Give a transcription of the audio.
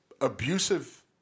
abusive